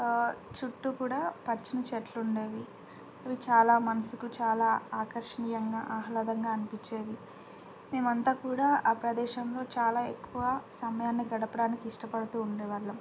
చుట్టూ కూడా పచ్చిని చెట్లు ఉండేవి అవి చాలా మనసుకు చాలా ఆకర్షణీయంగా ఆహ్లాదంగా అనిపించేవి మేము అంతా కూడా ఆ ప్రదేశంలో చాలా ఎక్కువ సమయాన్ని గడపడానికి ఇష్టపడుతు ఉండే వాళ్ళం